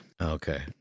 Okay